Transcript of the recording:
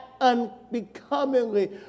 unbecomingly